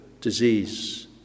disease